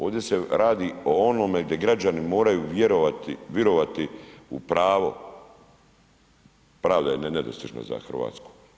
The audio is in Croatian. Ovdje se radi o onome gdje građani moraju vjerovati u pravo, pravda je nedostižna za Hrvatsku.